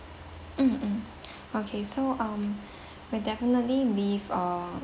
mm mm okay so um we'll definitely leave uh